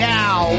now